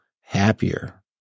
happier